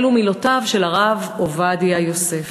אלו מילותיו של הרב עובדיה יוסף.